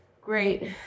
great